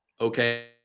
okay